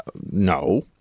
no